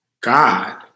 God